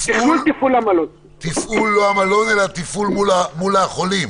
לא תפעול המלון אלא תפעול מול החולים.